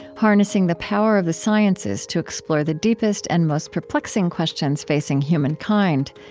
harnessing the power of the sciences to explore the deepest and most perplexing questions facing human kind.